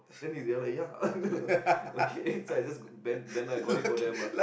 then they are like ya I know okay so I just got bend bend down and got it from them ah